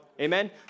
Amen